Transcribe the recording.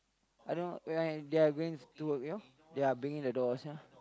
I don't know when they are going to work you know they are banging the doors you know